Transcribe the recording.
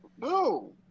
No